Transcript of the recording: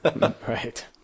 Right